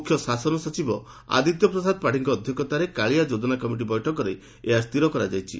ମୁଖ୍ୟ ଶାସନ ସଚିବ ଆଦିତ୍ୟ ପ୍ରସାଦ ପାତ୍ନୀଙ୍କ ଅଧ୍ଧକ୍ଷତାରେ କାଳିଆ ଯୋଜନା କମିଟି ବୈଠକରେ ଏହା ସ୍ଟିର କରାଯାଇଛି